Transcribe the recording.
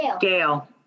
Gail